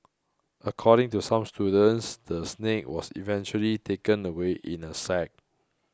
according to some students the snake was eventually taken away in a sack